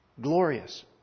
glorious